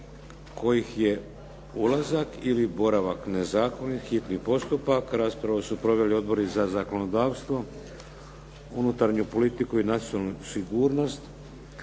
kojih je ulazak ili boravak nezakonit, hitni postupak, prvo i drugo čitanje, P.Z. br. 251 Raspravu su proveli odbori za zakonodavstvo, unutarnju politiku i nacionalnu sigurnost.